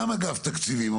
גם אגף התקציבים,